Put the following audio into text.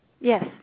Yes